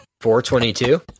422